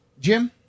Jim